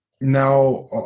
now